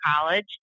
college